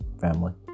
family